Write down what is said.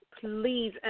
please